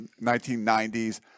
1990s